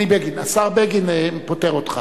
השר בני בגין פוטר אותך.